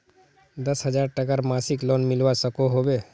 दस हजार टकार मासिक लोन मिलवा सकोहो होबे?